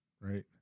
Right